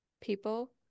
People